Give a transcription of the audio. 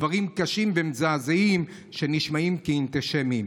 דברים קשים ומזעזעים שנשמעים כאנטישמיים.